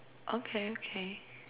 okay okay